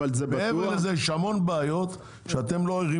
מעבר לזה יש המון בעיות שאתם לא ערים